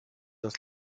das